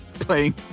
playing